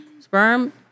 sperm